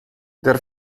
der